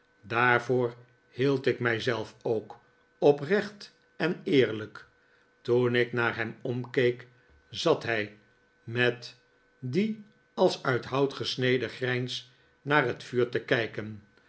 daarvoor hield ik mij zelf ook oprecht en eerlijk toen ik naar hem omkeek zat hij met die als uit hout gesneden grijns naar net vuur te kijken